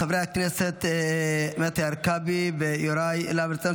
חברי הכנסת מטי הרכבי ויוראי להב הרצנו,